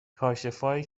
کاشفایی